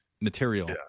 material